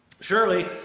Surely